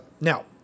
now